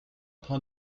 train